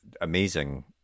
amazing